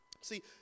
See